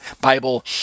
Bible